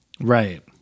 Right